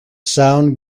sound